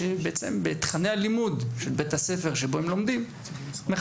שבבתי הספר בהם לומדים אותם נערים,